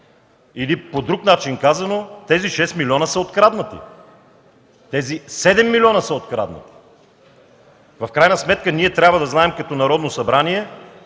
Или по друг начин казано, тези 6 милиона са откраднати, тези 7 милиона са откраднати! В крайна сметка като Народно събрание